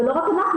ולא רק אנחנו,